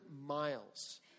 miles